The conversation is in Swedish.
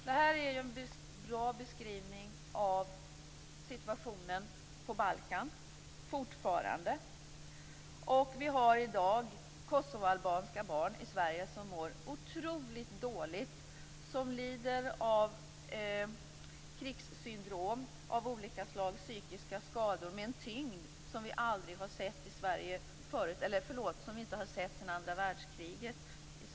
Detta är en bra beskrivning av hur situationen är på Balkan fortfarande. Vi har i dag kosovoalbanska barn i Sverige som mår otroligt dåligt. De lider av krigssyndrom av olika slag, psykiska skador av en tyngd som vi inte har sett i Sverige sedan andra världskriget.